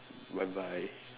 bye bye